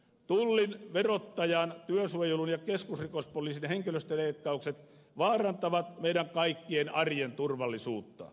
tullin verottajan työsuojelun ja keskusrikospoliisin henkilöstöleikkaukset vaarantavat meidän kaikkien arjen turvallisuutta